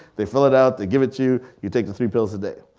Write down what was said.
they fill it out, they give it to you, you take the three pills a day.